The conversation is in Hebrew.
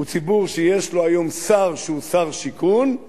הוא ציבור שיש לו היום שר שהוא שר שיכון,